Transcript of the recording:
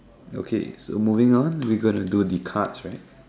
okay so moving on we gonna do the cards rights